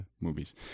movies